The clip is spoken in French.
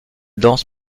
dense